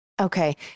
Okay